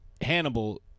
Hannibal